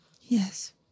Yes